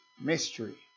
Mystery